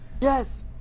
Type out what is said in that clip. yes